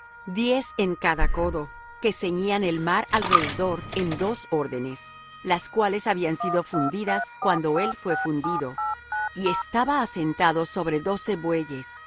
diez en cada codo que ceñían el mar alrededor en dos órdenes las cuales habían sido fundidas cuando él fué fundido y estaba asentado sobre doce bueyes